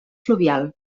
fluvial